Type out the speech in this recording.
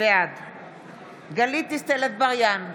בעד גלית דיסטל אטבריאן,